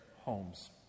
homes